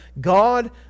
God